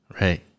Right